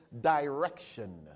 direction